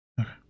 Okay